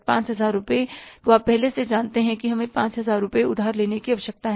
5000 रुपये तो आप पहले से जानते हैं कि हमें 5000 रुपये उधार लेने की आवश्यकता है